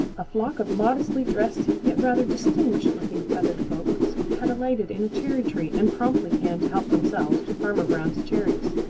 a flock of modestly dressed yet rather distinguished looking feathered folks had alighted in a cherry-tree and promptly began to help themselves to farmer brown's cherries.